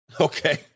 Okay